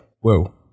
Whoa